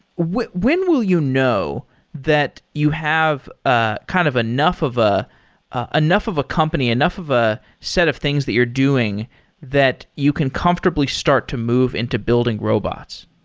when will you know that you have ah kind of enough of ah ah enough of a company, enough of a set of things that you're doing that you can comfortably start to move into building robots?